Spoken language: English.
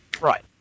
Right